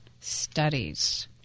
studies